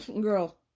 girl